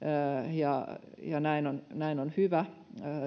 ja ja näin on näin on hyvä